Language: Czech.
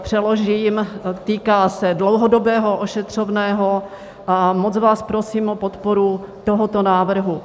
Přeložím: týká se dlouhodobého ošetřovného a moc vás prosím o podporu tohoto návrhu.